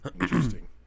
Interesting